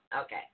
okay